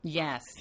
yes